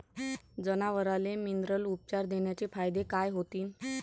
जनावराले मिनरल उपचार देण्याचे फायदे काय होतीन?